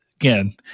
Again